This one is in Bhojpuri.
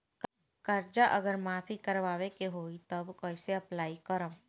कर्जा अगर माफी करवावे के होई तब कैसे अप्लाई करम?